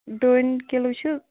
ڈوٗنۍ کِلوٗ چھِ